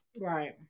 right